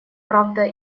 правда